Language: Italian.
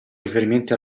riferimenti